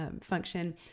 function